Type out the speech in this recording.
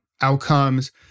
outcomes